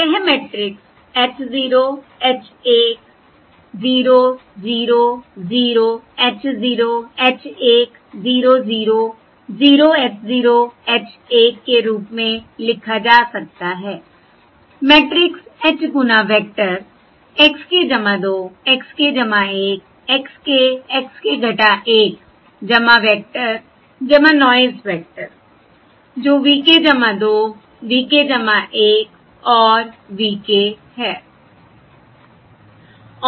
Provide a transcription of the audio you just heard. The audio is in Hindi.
यह matrix h 0 h 1 0 0 0 h 0h 10 0 0 h 0 h 1 के रूप में लिखा जा सकता है मैट्रिक्स h गुना vector x k 2 x k 1 x k x k 1 vector noise vector जो v k 2 v k 1 और v k है